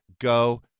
go